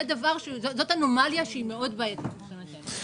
זו אנומליה מאוד בעייתית מבינתנו.